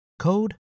code